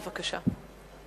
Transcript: בבקשה.